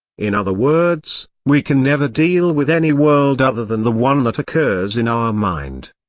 in other words, we can never deal with any world other than the one that occurs in our mind.